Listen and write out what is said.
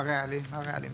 מה ריאלי?